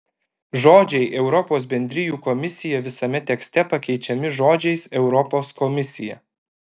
žodžiai europos bendrijų komisija visame tekste pakeičiami žodžiais europos komisija